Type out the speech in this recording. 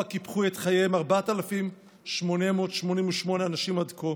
שבה קיפחו את חייהם 4,888 אנשים עד כה,